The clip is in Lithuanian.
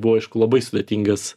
buvo aišku labai sudėtingas